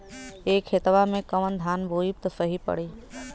ए खेतवा मे कवन धान बोइब त सही पड़ी?